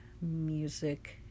music